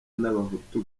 n’abahutu